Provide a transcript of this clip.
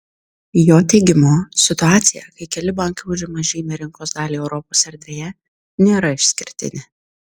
jo teigimu situacija kai keli bankai užima žymią rinkos dalį europos erdvėje nėra išskirtinė